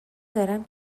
دارم